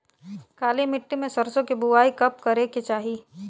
काली मिट्टी में सरसों के बुआई कब करे के चाही?